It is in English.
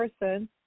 person